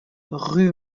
rue